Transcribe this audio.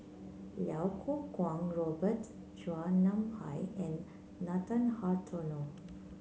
Iau Kuo Kwong Robert Chua Nam Hai and Nathan Hartono